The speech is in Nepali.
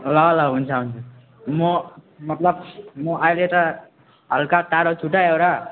ल ल हुन्छ हुन्छ म मतलब म अहिले त हलका टाढा छु त एउटा